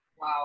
Wow